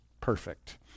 perfect